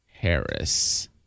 Harris